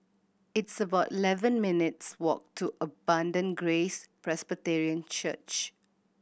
it's about eleven minutes walk to Abundant Grace Presbyterian Church